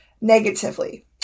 negatively